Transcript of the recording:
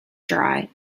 dry